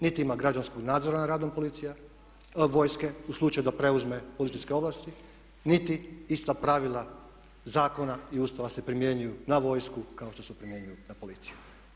Niti ima građanskog nadzora nad radom vojske u slučaju da preuzme policijske ovlasti niti ista pravila zakona i Ustava se primjenjuju na vojsku kao što se primjenjuju na policiju.